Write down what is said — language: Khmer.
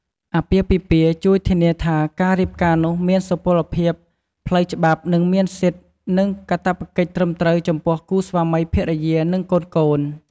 អាពាហ៍ពិពាហ៍ជួយធានាថាការរៀបការនោះមានសុពលភាពផ្លូវច្បាប់ និងមានសិទ្ធិ និងកាតព្វកិច្ចត្រឹមត្រូវចំពោះគូស្វាមីភរិយា និងកូនៗ។